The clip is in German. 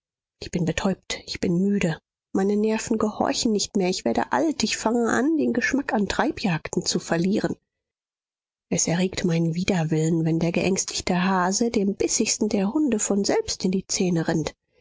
ich bin betäubt ich bin müde meine nerven gehorchen nicht mehr ich werde alt ich fange an den geschmack an treibjagden zu verlieren es erregt meinen widerwillen wenn der geängstigte hase dem bissigsten der hunde von selbst in die zähne rennt